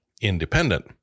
independent